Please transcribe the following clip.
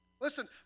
Listen